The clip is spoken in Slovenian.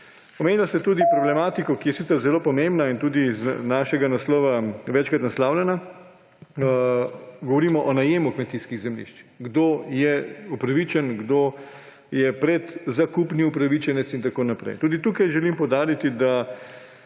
Omenili ste tudi problematiko, ki je sicer zelo pomembna in tudi z našega naslova večkrat naslavljana, govorimo o najemu kmetijskih zemljišč, kdo je upravičen, kdo je predzakupni upravičenec in tako naprej. Tudi tukaj želim poudariti, da